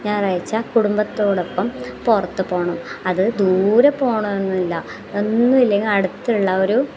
ഞായറാഴ്ച കുടുംബത്തോടൊപ്പം പുറത്ത് പോവണം അത് ദൂരെ പോവണമെന്നില്ല ഒന്നുമില്ലെങ്കിൽ അടുത്തുള്ള ഒരു